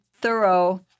thorough